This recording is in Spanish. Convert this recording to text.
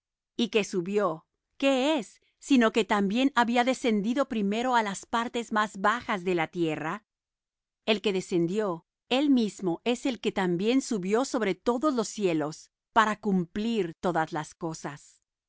y que subió qué es sino que también había descendido primero á las partes más bajas de la tierra el que descendió él mismo es el que también subió sobre todos los cielos para cumplir todas las cosas